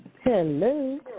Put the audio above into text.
Hello